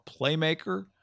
playmaker